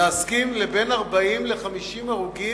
להסכים לבין 40 ל-50 הרוגים,